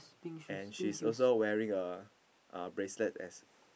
and she's also wearing a uh bracelet as